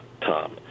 Tom